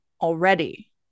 already